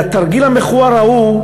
והתרגיל המכוער ההוא,